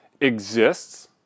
exists